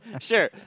Sure